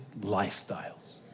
lifestyles